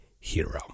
hero